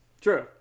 True